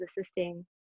assisting